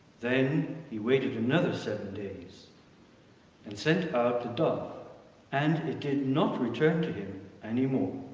then he waited another seven days and sent out the dove and it did not return to him any more.